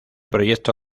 proyecto